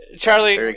Charlie